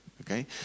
Okay